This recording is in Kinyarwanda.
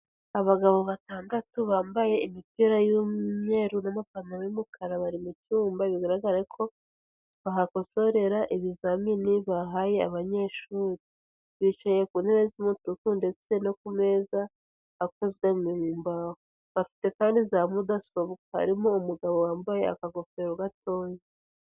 Abagabo batandatu bambaye imipira y'imweru n'amapantaro y'umukara bari mu cyumba bigaragarare ko bahakosorera ibizamini bahaye abanyeshuri, bicaye ku ntebe z'umutuku ndetse no ku meza akozwe mu mbaho, bafite kandi za mudasobwa harimo umugabo wambaye akagofero gatoya.